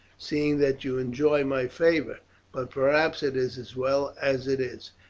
seeing that you enjoy my favour but perhaps it is as well as it is.